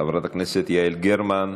חברת הכנסת יעל גרמן,